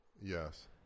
Yes